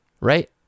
right